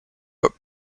but